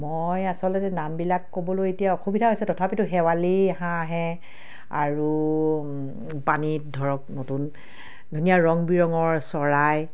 মই আচলতে নামবিলাক ক'বলৈ এতিয়া অসুবিধা হৈছে তথাপিতো শেৱালী হাঁহ আহে আৰু পানীত ধৰক নতুন ধুনীয়া ৰং বিৰঙৰ চৰাই